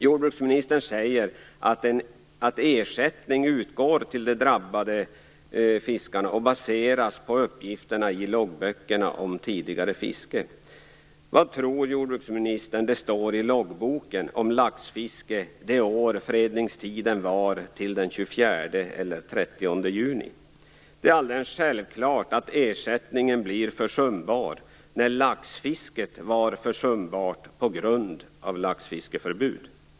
Jordbruksministern säger att ersättning utgår till de drabbade fiskarna baserat på uppgifterna i loggböckerna om tidigare fiske. Vad tror jordbruksministern att det står i loggboken om laxfiske det året fredningstiden varade till den 24 eller den 30 juni? Det är alldeles självklart att ersättningen blir försumbar när laxfisket var försumbart på grund av laxfiskeförbud.